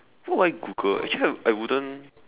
what would I Google actually I wouldn't